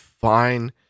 fine